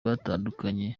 batandukanye